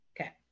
Okay